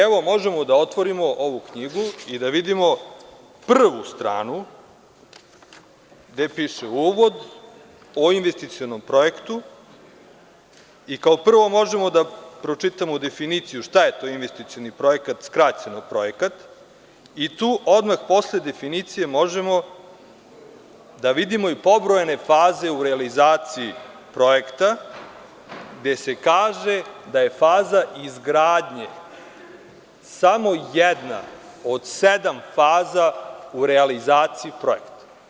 Evo, možemo da otvorimo ovu knjigu i da vidimo prvu stranu, gde piše uvod o investicionom projektu i kao prvo možemo da pročitamo definiciju šta je to investicioni projekta, skraćeno projekat, i tu odmah posle definicije možemo da vidimo i pobrojane faze u realizaciji projekta gde se kaže da je faza izgradnje samo jedna od sedam faza u realizaciji projekta.